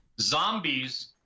Zombies